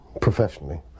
professionally